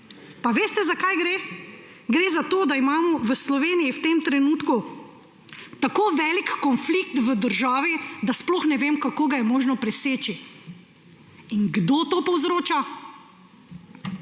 Pa veste za kaj gre? Gre se za to, da imamo v Sloveniji v tem trenutku tako velik konflikt v državi, da sploh ne vem, kako ga je možno preseči. In kdo to povzroča?